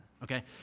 okay